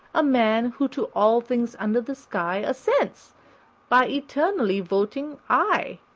a man who to all things under the sky assents by eternally voting i.